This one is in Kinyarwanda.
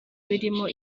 birimo